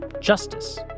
justice